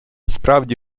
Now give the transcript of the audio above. справді